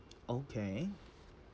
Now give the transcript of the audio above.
okay